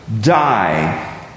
die